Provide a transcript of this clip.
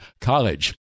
college